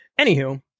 anywho